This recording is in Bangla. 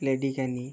লেডিকেনি